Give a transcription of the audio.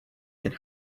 and